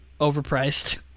overpriced